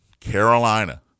Carolina